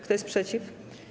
Kto jest przeciw?